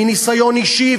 מניסיון אישי,